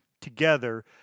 together